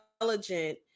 intelligent